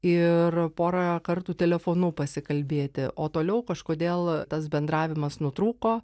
ir porą kartų telefonu pasikalbėti o toliau kažkodėl tas bendravimas nutrūko